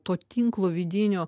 to tinklo vidinio